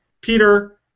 Peter